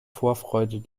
vorfreude